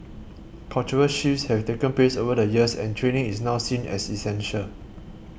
cultural shifts have taken place over the years and training is now seen as essential